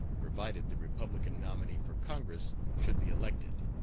provided the republican nominee for congress should be elected.